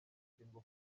ingufu